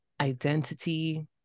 identity